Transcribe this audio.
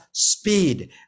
Speed